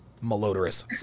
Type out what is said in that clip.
malodorous